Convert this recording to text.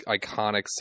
iconic